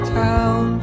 town